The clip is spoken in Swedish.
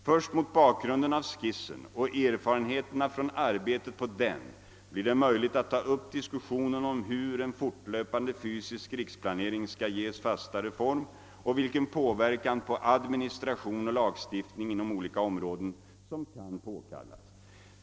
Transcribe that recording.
Först mot bakgrunden av skissen och erfarenheterna från arbetet på den blir det möjligt att ta upp diskussionen om hur en fortlöpande fysisk riksplanering skall ges fastare form och vilken påverkan på administration och lagstiftning inom olika områden som kan påkallas.